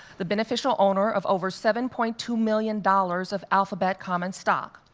the beneficial owner of over seven point two million dollars of alphabet common stock.